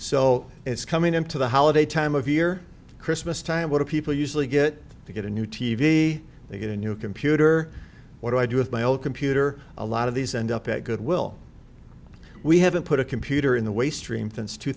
so it's coming into the holiday time of year christmas time what people usually get to get a new t v they get a new computer what do i do with my old computer a lot of these end up at goodwill we haven't put a computer in the waste stream fence two